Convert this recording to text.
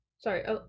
Sorry